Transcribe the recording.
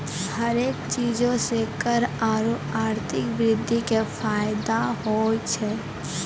हरेक चीजो से कर आरु आर्थिक वृद्धि के फायदो होय छै